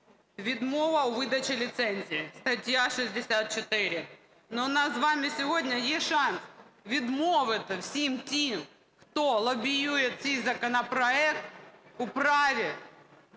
"Відмова у видачі ліцензій", стаття 64. У нас з вами сьогодні є шанс відмовити всім тим, хто лобіює цей законопроект, у праві